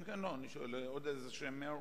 יש עוד הערות?